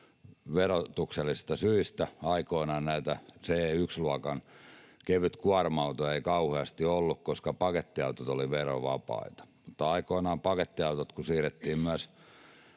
verotuksellisista syistä. Aikoinaan näitä C1-luokan kevytkuorma-autoja ei kauheasti ollut, koska pakettiautot olivat verovapaita, mutta aikoinaan, kun pakettiautot myös siirrettiin